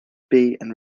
and